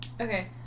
Okay